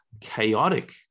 chaotic